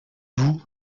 vous